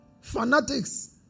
Fanatics